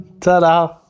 Ta-da